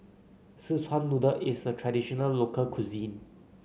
Szechuan Noodle is a traditional local cuisine